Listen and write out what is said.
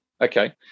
Okay